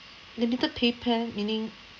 limited pay plan meaning